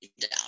down